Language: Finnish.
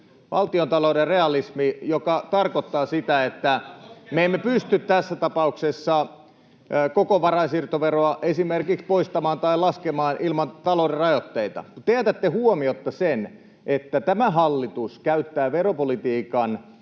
valtiontalouden realismi, joka tarkoittaa sitä, että me emme pysty tässä tapauksessa koko varainsiirtoveroa esimerkiksi poistamaan tai laskemaan ilman talouden rajoitteita. Te jätätte huomiotta sen, että tämä hallitus käyttää veropolitiikan